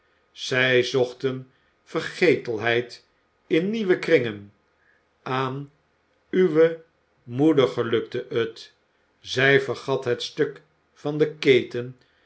zij zochten vergetelheid in nieuwe kringen aan uwe moeder gelukte het zij vergat het stuk van de keten